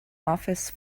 office